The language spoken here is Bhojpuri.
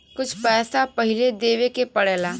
कुछ पैसा पहिले देवे के पड़ेला